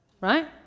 Right